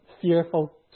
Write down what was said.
fearful